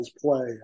play